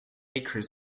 acres